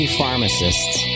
pharmacists